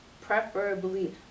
preferably